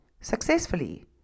successfully